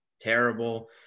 terrible